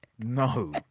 No